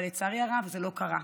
אבל לצערי הרב זה לא קרה.